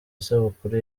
isabukuru